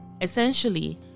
Essentially